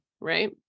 right